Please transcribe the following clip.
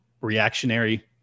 reactionary